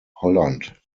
holland